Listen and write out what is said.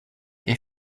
est